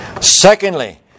Secondly